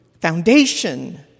foundation